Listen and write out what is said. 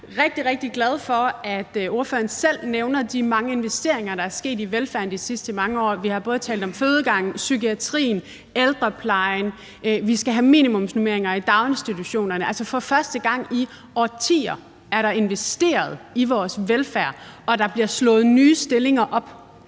rigtig, rigtig glad for, at ordføreren selv nævner de mange investeringer i velfærden, der er sket de sidste mange år. Vi har både talt om fødegange, psykiatrien og ældreplejen og om, at vi skal have minimumsnormeringer i daginstitutionerne. For første gang i årtier er der investeret i vores velfærd, og der bliver slået nye stillinger op.